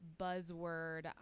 buzzword